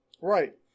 Right